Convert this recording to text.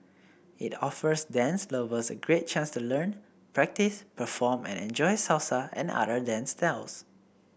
it offers dance lovers a great chance to learn practice perform and enjoy Salsa and other dance styles